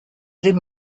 den